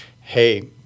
hey